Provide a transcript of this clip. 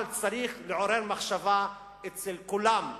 אבל צריך לעורר מחשבה אצל כולם,